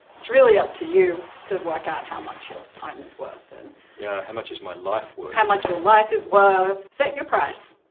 it's really up to you to work out how much your time is worth and yeah, how much is my life worth? how much your life is worth. set your price.